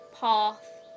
path